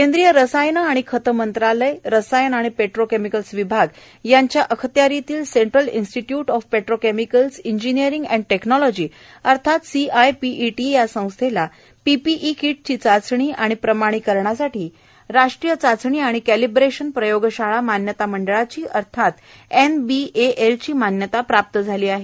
केंद्रीय रसायने आणि खते मंत्रालय रसायन आणि पेट्रोकेमिकल्स विभाग यांच्या अखत्यारीतील central institute of petrochemicals engineering and technology अर्थात सीआयपीईटी या संस्थेला पीपीई किटची चाचणी आणि प्रमाणीकरणासाठी राष्ट्रीय चाचणी आणि कॅलिब्रेशन प्रयोगशाळा मान्यता मंडळाची अर्थात एनबीएएल ची मान्यता प्राप्त झाली आहे